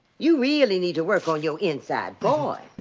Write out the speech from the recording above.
you really need to work on your inside voice.